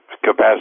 capacity